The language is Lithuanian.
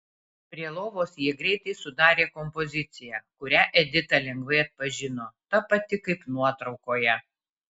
prie lovos jie greitai sudarė kompoziciją kurią edita lengvai atpažino ta pati kaip nuotraukoje